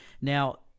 Now